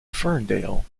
ferndale